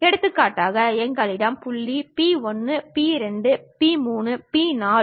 எடுத்துக்காட்டாக எங்களிடம் புள்ளி P 1 P 2 P 3 P 4